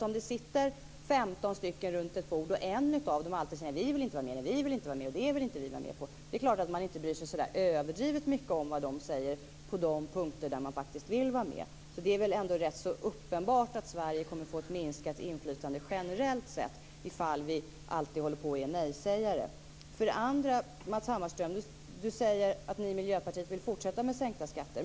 Om 15 stycken sitter runt ett bord och en av dem alltid säger "vi vill inte vara med på det och det" bryr man sig självfallet inte så där överdrivet mycket om vad den säger på de punkter där den faktiskt vill vara med. Det är väl ändå rätt uppenbart att Sverige kommer att få ett minskat inflytande generellt sett om vi alltid håller på att vara nejsägare. Matz Hammarström säger att Miljöpartiet vill fortsätta med sänkta skatter.